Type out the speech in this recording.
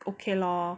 okay lor